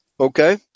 Okay